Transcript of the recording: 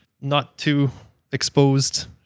not-too-exposed